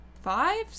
five